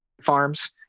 Farms